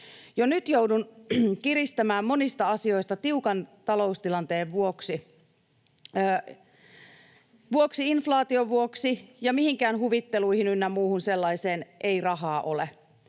Jo nyt joudun kiristämään monista asioista tiukan taloustilanteen vuoksi, inflaation vuoksi, ja mihinkään huvitteluihin ynnä muuhun sellaiseen ei rahaa ole.